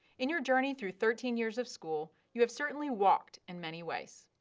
in your journey through thirteen years of school, you have certainly walked in many ways.